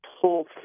pull